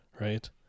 right